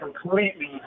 completely